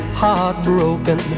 heartbroken